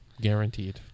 guaranteed